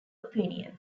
opinion